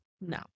No